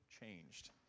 changed